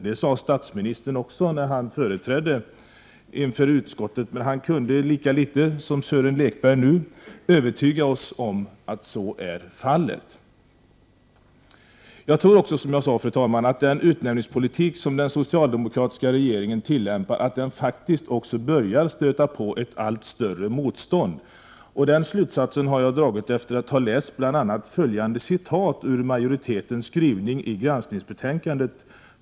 Det sade statsministern också när han utfrågades inför konstitutionsutskottet, men han kunde lika litet som Sören Lekberg nu övertyga oss om att så är fallet. Jag tror också, som jag sade, att den utnämningspolitik som den socialdemokratiska regeringen tillämpar faktiskt börjar stöta på ett allt större motstånd. Den slutsatsen har jag dragit efter att ha läst bl.a. följande citat ur majoritetens skrivning i granskningsbetänkandet.